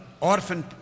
orphan